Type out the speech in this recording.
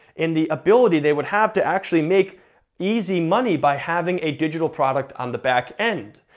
and the ability they would have to actually make easy money by having a digital product on the back end.